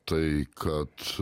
tai kad